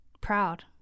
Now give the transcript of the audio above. Proud